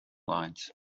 lines